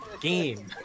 game